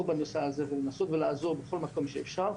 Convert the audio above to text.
בנושא הזה ולנסות ולעזור בכל מקום שאפשר,